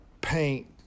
paint